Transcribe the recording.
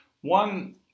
one